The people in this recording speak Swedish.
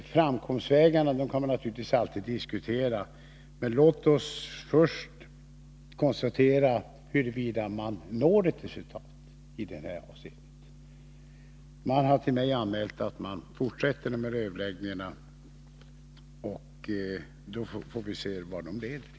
Framkomstvägarna kan naturligtvis alltid diskuteras, men låt oss först konstatera huruvida man når ett resultat i detta avseende. Man har till mig anmält att man fortsätter dessa överläggningar. Vi får se vad de leder till.